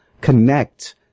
connect